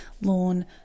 lawn